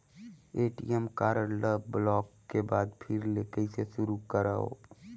ATM card ल block के बाद फिर ले कइसे शुरू करव?